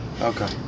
Okay